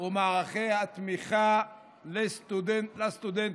ומערכי התמיכה לסטודנטים.